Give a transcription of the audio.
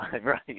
right